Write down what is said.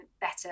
better